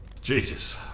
Jesus